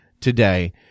today